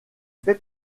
fait